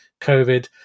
COVID